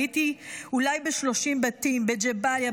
הייתי אולי ב-30 בתים בג'באליה,